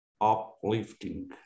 uplifting